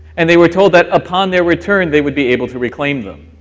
and they were told that upon their return they would be able to reclaim them.